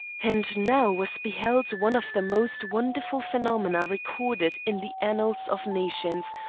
and now was beheld one of the most wonderful phenomena recorded in the annals of nations,